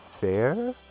fair